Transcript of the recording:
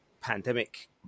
pandemic